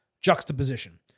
juxtaposition